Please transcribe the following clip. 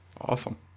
Awesome